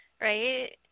right